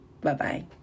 Bye-bye